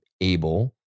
able